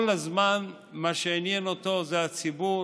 כל הזמן מה שעניין אותו זה הציבור.